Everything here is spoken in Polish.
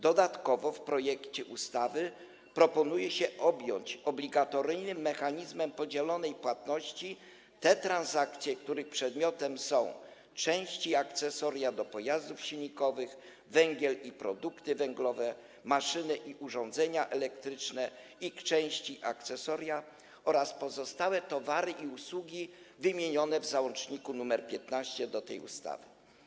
Dodatkowo w projekcie ustawy proponuje się objąć obligatoryjnym mechanizmem podzielonej płatności te transakcje, których przedmiotem są części i akcesoria do pojazdów silnikowych, węgiel i produkty węglowe, maszyny i urządzenia elektryczne, ich części i akcesoria oraz pozostałe towary i usługi wymienione w załączniku nr 15 do tej ustawy.